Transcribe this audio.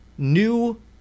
new